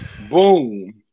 boom